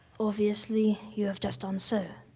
obviously you have just done so.